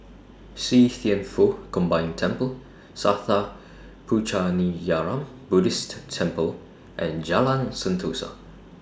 See Thian Foh Combined Temple Sattha Puchaniyaram Buddhist Temple and Jalan Sentosa